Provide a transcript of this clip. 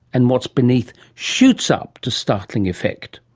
and what's beneath shoots up to startling effect.